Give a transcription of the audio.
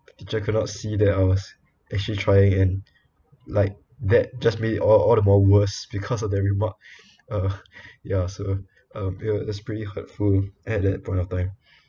the teacher could not see that I was actually trying and like that just made it all all the more worse because of their remark uh ya so uh ya it was pretty hurtful at that point of time